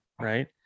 right